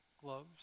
gloves